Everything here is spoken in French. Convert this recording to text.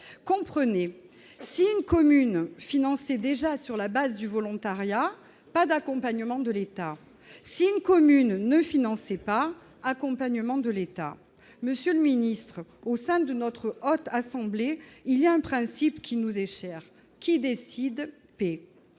Comprenez : si une commune finançait déjà sur la base du volontariat, pas d'accompagnement de l'État ; si une commune ne finançait pas, accompagnement de l'État. Monsieur le ministre, au sein de notre Haute Assemblée, il est un principe qui nous est cher : qui décide, paie.